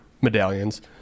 medallions